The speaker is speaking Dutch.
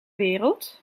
wereld